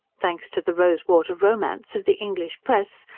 thanks to the rose-water romance of the english press,